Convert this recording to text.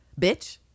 bitch